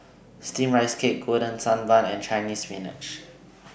Steamed Rice Cake Golden Sand Bun and Chinese Spinach